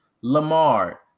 Lamar